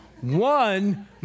one